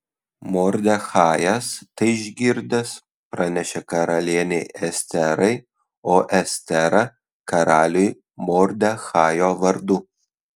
mordechajas tai išgirdęs pranešė karalienei esterai o estera karaliui mordechajo vardu